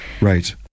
right